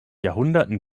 jahrhunderten